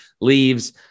leaves